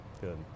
Good